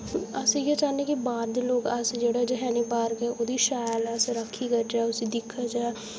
अस केह् चाह्न्ने जे बाह्र दे लोक अस जेह्ड़े जखैनी पार्क ओह्दी शैल अस राक्खी करचै उसी दिखचै